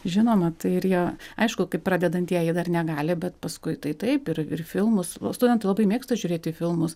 žinoma tai ir jie aišku kaip pradedantieji dar negali bet paskui tai taip ir ir filmus la studentai labai mėgsta žiūrėti filmus